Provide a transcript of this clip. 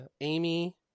Amy